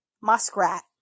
Muskrat